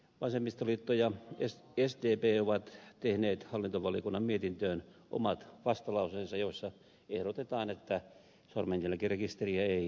vasemmistoliitto ja sdp ovat tehneet hallintovaliokunnan mietintöön omat vastalauseensa joissa ehdotetaan että sormenjälkirekisteriä ei lainkaan perusteta